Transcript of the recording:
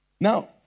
Now